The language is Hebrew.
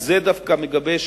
את זה דווקא מגבש